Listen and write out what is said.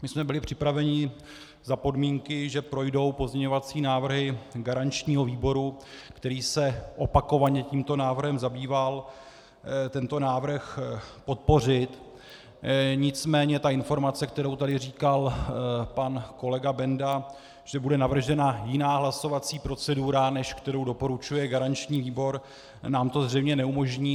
Byli jsme připraveni za podmínky, že projdou pozměňovací návrhy garančního výboru, který se opakovaně tímto návrhem zabýval, tento návrh podpořit, nicméně informace, kterou tu říkal pan kolega Benda, že bude navržena jiná hlasovací procedura, než kterou doporučuje garanční výbor, nám to zřejmě neumožní.